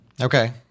Okay